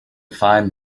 find